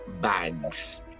bags